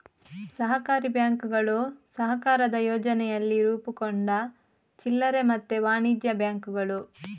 ಸಹಕಾರಿ ಬ್ಯಾಂಕುಗಳು ಸಹಕಾರದ ಯೋಚನೆಯಲ್ಲಿ ರೂಪುಗೊಂಡ ಚಿಲ್ಲರೆ ಮತ್ತೆ ವಾಣಿಜ್ಯ ಬ್ಯಾಂಕುಗಳು